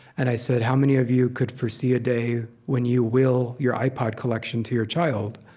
and i said, how many of you could foresee a day when you will your ipod collection to your child?